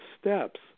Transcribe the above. steps